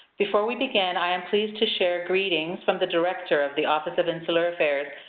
before we begin, i am pleased to share greetings from the director of the office of insular affairs,